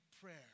prayer